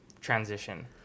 transition